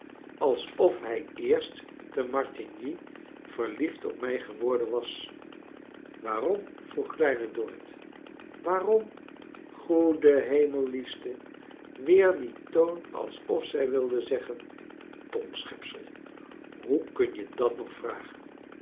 alsof hij eerst te martigny verliefd op mij geworden was waarom vroeg kleine dorrit waarom goede hemel liefste i weer dien toon alsof zij wilde zeggen dom sehepser hoe kun je dat nog vragen